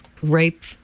rape